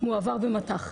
מועבר במט"ח.